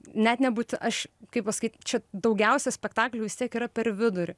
net nebūt aš kaip pasakyt čia daugiausiai spektaklių vis tiek yra per vidurį